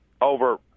over